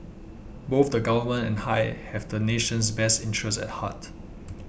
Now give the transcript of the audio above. both the Government and I have the nation's best interest at heart